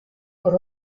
por